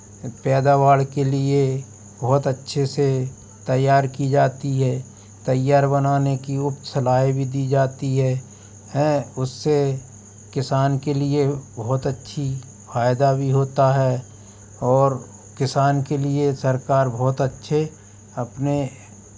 पैदावार के लिए बहुत अच्छे से तैयार की जाती है तैयार बनाने की उक्त सलाहें भी जाती है हें उससे किसान के लिए बहुत अच्छी फायदा भी होता है और किसान के लिए सरकार बहुत अच्छे अपने